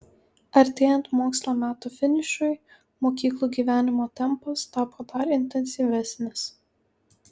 artėjant mokslo metų finišui mokyklų gyvenimo tempas tapo dar intensyvesnis